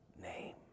name